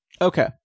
Okay